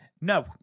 No